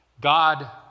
God